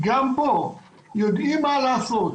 גם פה, יודעים מה לעשות.